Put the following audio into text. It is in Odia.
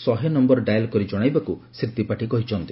ଶହେ ନମ୍ୟର ଡାଏଲ କରି ଜଣାଇବାକୁ ଶ୍ରୀ ତ୍ରିପାଠୀ କହିଛନ୍ତି